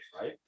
right